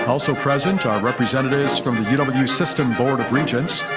also present are representatives from the you know but uwm system board of regents,